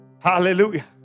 hallelujah